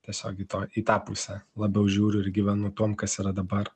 tiesiog į toj į tą pusę labiau žiūriu ir gyvenu tuom kas yra dabar